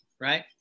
Right